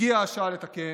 הגיעה השעה לתקן,